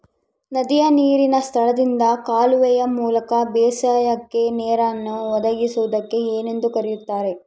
ನದಿಯ ನೇರಿನ ಸ್ಥಳದಿಂದ ಕಾಲುವೆಯ ಮೂಲಕ ಬೇಸಾಯಕ್ಕೆ ನೇರನ್ನು ಒದಗಿಸುವುದಕ್ಕೆ ಏನೆಂದು ಕರೆಯುತ್ತಾರೆ?